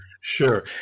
Sure